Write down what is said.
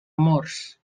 amors